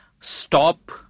stop